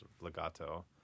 legato